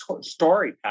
story